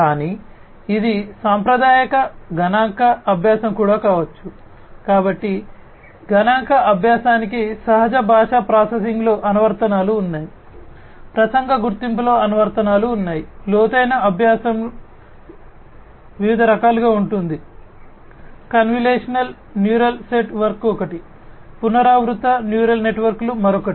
కానీ ఇది సాంప్రదాయ గణాంక న్యూరల్ నెట్వర్క్లు మరొకటి